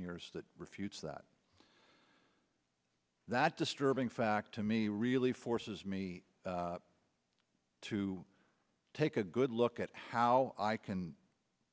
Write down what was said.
years that refutes that that disturbing fact to me really forces me to take a good look at how i can